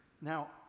Now